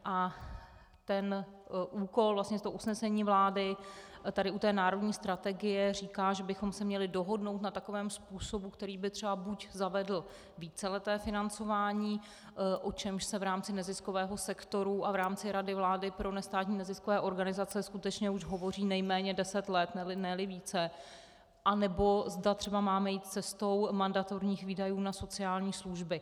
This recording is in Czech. A ten úkol, to usnesení vlády tady u té národní strategie říká, že bychom se měli dohodnout na takovém způsobu, který by třeba buď zavedl víceleté financování, o čemž se v rámci neziskového sektoru a v rámci Rady vlády pro nestátní neziskové organizace skutečně už hovoří nejméně deset let, neli více, anebo zda třeba máme jít cestou mandatorních výdajů na sociální služby.